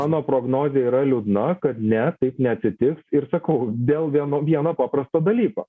mano prognozė yra liūdna kad ne taip neatsitiks ir sakau dėl vien vieno paprasto dalyko